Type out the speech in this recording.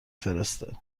فرسته